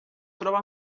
troba